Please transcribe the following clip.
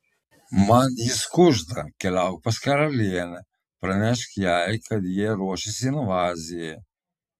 man jis kužda keliauk pas karalienę pranešk jai kad jie ruošiasi invazijai